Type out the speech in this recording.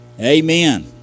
amen